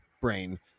brain